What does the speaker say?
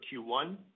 Q1